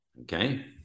okay